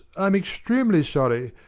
i am extremely sorry.